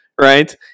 right